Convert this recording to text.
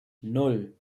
nan